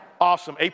Awesome